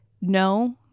No